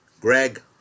Greg